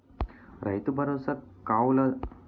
రైతు భరోసా కవులుదారులకు వర్తిస్తుందా? అమలు చేయడం ఎలా